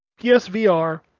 PSVR